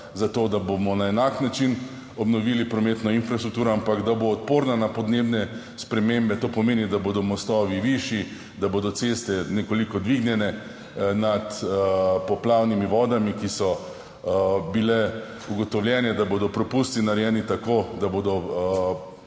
zato, da bomo na enak način obnovili prometno infrastrukturo, ampak da bo odporna na podnebne spremembe, to pomeni, da bodo mostovi višji, da bodo ceste nekoliko dvignjene nad poplavnimi vodami, ki so bile ugotovljene, da bodo popusti narejeni tako, da bodo